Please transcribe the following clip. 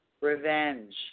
revenge